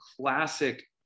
classic